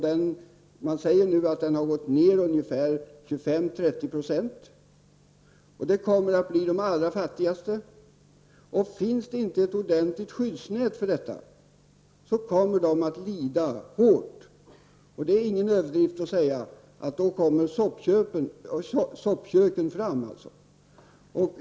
Det sägs att den redan har gått ned med 25 — 30 Ze, och det är de allra fattigaste som drabbas mest. Utan ett ordentligt skyddsnät kommer de att få lida mycket. Det är ingen överdrift när jag säger att soppköken då kommer fram.